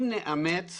אם נאמץ